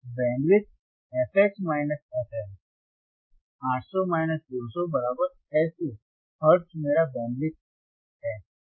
bandwidth fH fL 800 200 600 hertz मेरा bandwidth सही है